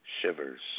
Shivers